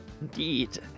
Indeed